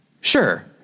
Sure